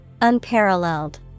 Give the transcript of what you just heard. Unparalleled